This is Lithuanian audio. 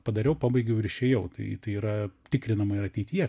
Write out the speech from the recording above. padariau pabaigiau ir išėjau tai yra tikrinama ir ateityje